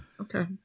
Okay